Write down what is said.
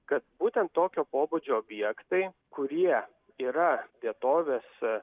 kad būtent tokio pobūdžio objektai kurie yra vietovės